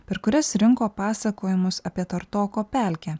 per kurias rinko pasakojimus apie tartoko pelkę